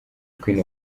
queen